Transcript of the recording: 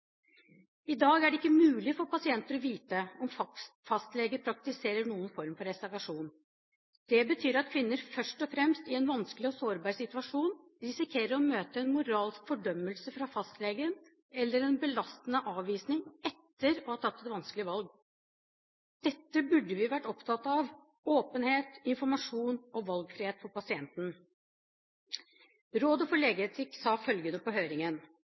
i spørsmål om liv og død. I dag er det ikke mulig for pasienter å vite om fastleger praktiserer noen form for reservasjon. Det betyr at kvinner først og fremst, i en vanskelig og sårbar situasjon risikerer å møte en moralsk fordømmelse fra fastlegen, eller en belastende avvisning, etter å ha tatt et vanskelig valg. Derfor burde vi vært opptatt av åpenhet, informasjon og valgfrihet for pasienten. Rådet for legeetikk sa følgende på høringen: